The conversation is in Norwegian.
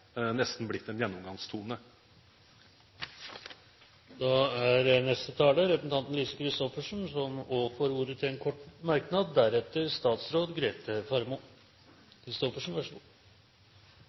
nesten blitt en gjennomgangstone. Lise Christoffersen har hatt ordet to ganger tidligere og får ordet til en kort merknad,